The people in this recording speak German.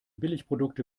billigprodukte